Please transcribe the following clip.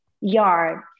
yard